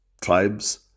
tribes